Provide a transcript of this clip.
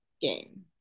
game